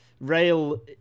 Rail